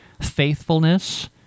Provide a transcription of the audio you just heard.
faithfulness